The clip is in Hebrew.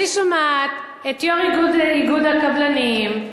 אני שומעת את יושב-ראש ארגון הקבלנים,